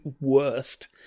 worst